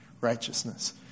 righteousness